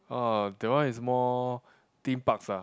oh that one is more theme parks ah